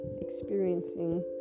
experiencing